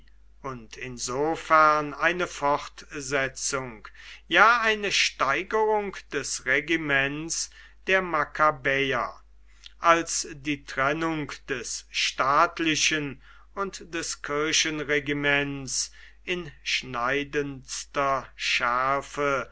und insofern eine fortsetzung ja eine steigerung des regiments der makkabäer als die trennung des staatlichen und des kirchenregiments in schneidendster schärfe